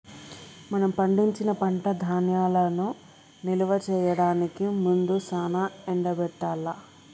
మనం పండించిన పంట ధాన్యాలను నిల్వ చేయడానికి ముందు సానా ఎండబెట్టాల్ల